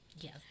Yes